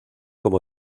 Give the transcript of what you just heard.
como